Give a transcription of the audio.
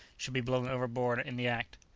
should be blown overboard in the act.